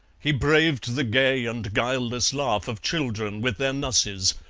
he braved the gay and guileless laugh of children with their nusses,